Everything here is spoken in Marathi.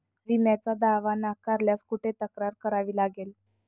विम्याचा दावा नाकारल्यास कुठे तक्रार करावी लागेल?